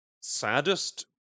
saddest